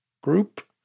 group